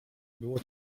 było